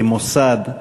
כמוסד,